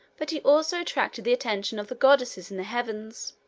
but he also attracted the attention of the goddesses in the heavens.